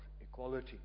equality